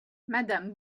madame